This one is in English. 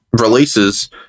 releases